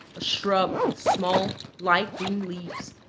a shrub with small, light-green leaves,